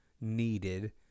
needed